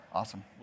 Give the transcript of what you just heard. Awesome